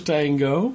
Tango